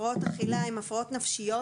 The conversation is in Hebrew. הפרעות אכילה הן הפרעות נפשיות